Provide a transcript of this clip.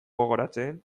gogoratzen